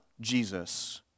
Jesus